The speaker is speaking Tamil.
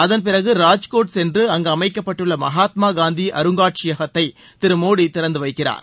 அதன் பிறகு ராஜ்கோட் சென்று அங்கு அமைக்கப்பட்டுள்ள மகாத்மா காந்தி அருங்காட்சியத்தை திரு மோடி திறந்து வைக்கிறார்